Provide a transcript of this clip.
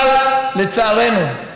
אבל לצערנו,